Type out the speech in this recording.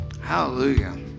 Hallelujah